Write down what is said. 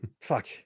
Fuck